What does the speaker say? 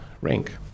rank